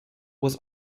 was